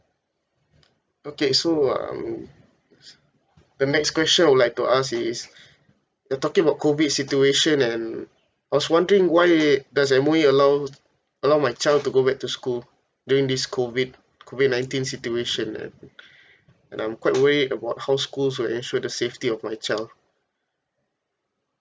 okay so um the next question I would like to ask is we're talking about COVID situation and I was wondering why does M_O_E allows allow my child to go back to school during this COVID COVID nineteen situation and and I'm quite worried about how schools do ensure the safety of my child